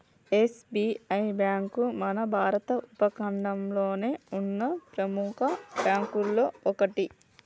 SBI bank మన భారత ఉపఖండంలోనే ఉన్న ప్రెముఖ బ్యేంకుల్లో ఒకటి